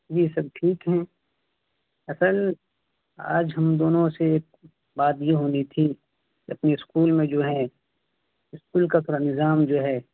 جی سب ٹھیک ہیں اصل آج ہم دونوں سے ایک بات یہ ہونی تھی کہ اپنے اسکول میں جو ہے اسکول کارا نظام جو ہے